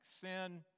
Sin